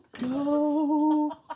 go